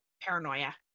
paranoia